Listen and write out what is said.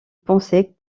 pensaient